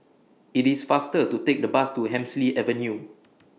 IT IS faster to Take The Bus to Hemsley Avenue